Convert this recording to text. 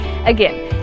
Again